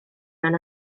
mewn